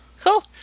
Cool